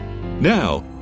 Now